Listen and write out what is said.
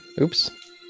oops